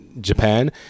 Japan